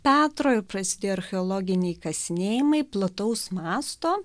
petro ir prasidėjo archeologiniai kasinėjimai plataus masto